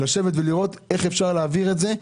לראות איך אפשר להעביר את זה,